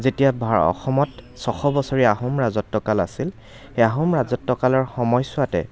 যেতিয়া ভাৰ অসমত ছশ বছৰীয়া আহোম ৰাজত্বকাল আছিল সেই আহোম ৰাজত্বকালৰ সময়ছোৱাতেই